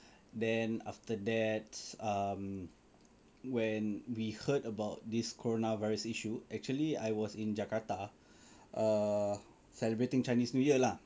then after that um when we heard about this corona virus issue actually I was in Jakarta err celebrating Chinese new year lah